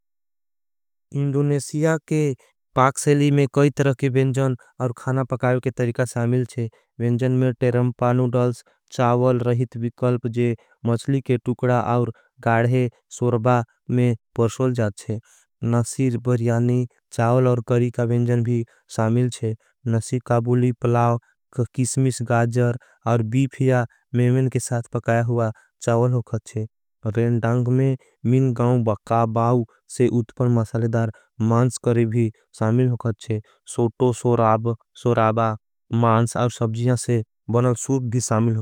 इंडुनेसिया के पाकशेली में कई तरह के वेंजन। और खाना पकावे के तरीका सामिल छे वेंजन। में टेरंपा नूडल्स चावल रहित विकल्प जे मछली। के टुकडा और गाड़े सोरबा में परशोल जाथ छे नशीर। बर्यानी चावल और करी का वेंजन भी सामिल छे। नशी का बुली, पलाव, किस्मिस, गाजर और बीफ। या मेमेन के साथ पकाया हुआ चावल हो खत छे। रेंडांग में मिन, गाउं, बक्का, बाव से उत्पर। मसलेदार मांस करे भी सामिल हो खत छे। सोटो, सोराब, सोराबा, मांस और सबजियां। से बनल सूप भी सामिल हो खत छे।